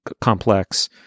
complex